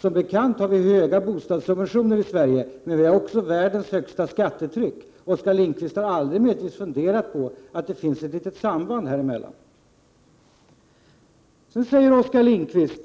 Som bekant har vi höga bostadssubventioner i Sverige, men vi har också världens högsta skattetryck. Oskar Lindkvist har möjligtvis aldrig funderat över att det finns ett samband däremellan? Oskar Lindkvist